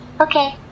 Okay